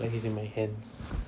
like he's in my hands